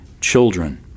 children